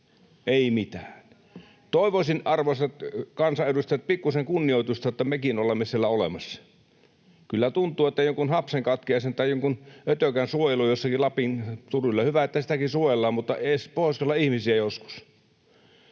ei mitään. Toivoisin, arvoisat kansanedustajat, pikkuisen kunnioitusta, että mekin olemme siellä olemassa. Hyvä, että jotakin hapsenkatkiaista tai jotain ötökkää suojellaan jossakin Lapin turuilla, mutta voisiko edes Pohjois-Karjalan ihmisiä joskus?